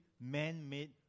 man-made